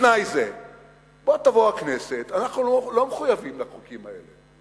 פה תבוא הכנסת, אנחנו לא מחויבים לחוקים האלה.